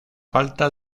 falta